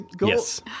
Yes